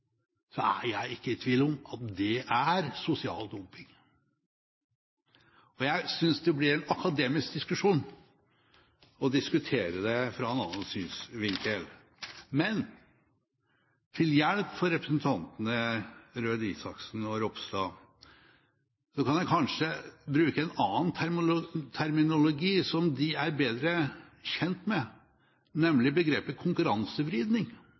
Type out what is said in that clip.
det sosial dumping. Jeg synes det blir en akademisk diskusjon å diskutere det fra en annen synsvinkel. Men til hjelp for representantene Røe Isaksen og Ropstad kan jeg kanskje bruke en annen terminologi, som de er bedre kjent med, nemlig begrepet